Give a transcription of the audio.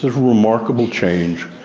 remarkable change.